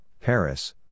Paris